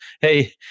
hey